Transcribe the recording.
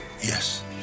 Yes